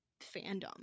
fandom